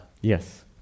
Yes